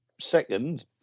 second